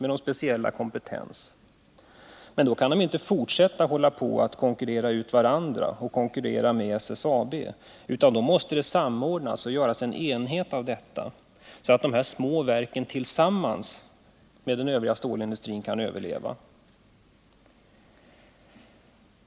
Men i så fall kan företagen inte fortsätta med att konkurrera ut varandra och konkurrera med SSAB, utan då måste verksamheten samordnas. Det måste göras en enhet av produktionen så att de här små verken tillsammans med den övriga stålindustrin kan överleva.